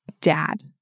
dad